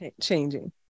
changing